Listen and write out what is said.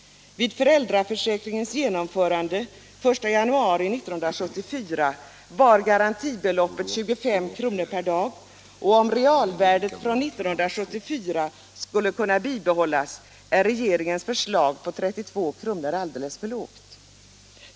Vid föräldraförsäkringens genomförande den 1 januari 1974 var garantibeloppet 25 kr. per dag, och om realvärdet från 1974 skall kunna bibehållas är regeringens förslag på 32 kr. alldeles för lågt.